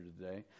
today